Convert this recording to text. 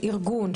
של ארגון,